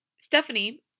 Stephanie